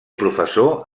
professor